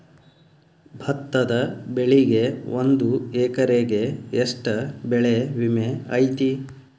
ಭತ್ತದ ಬೆಳಿಗೆ ಒಂದು ಎಕರೆಗೆ ಎಷ್ಟ ಬೆಳೆ ವಿಮೆ ಐತಿ?